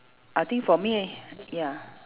I think for me ya